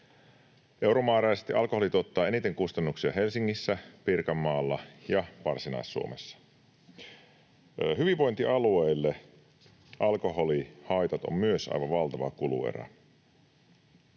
Euromääräisesti alkoholi tuottaa eniten kustannuksia Helsingissä, Pirkanmaalla ja Varsinais-Suomessa. Hyvinvointialueille alkoholihaitat ovat myös aivan valtava kuluerä,